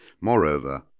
Moreover